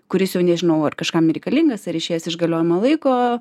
kuris jau nežinau ar kažkam nereikalingas ar išėjęs iš galiojimo laiko